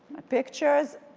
my pictures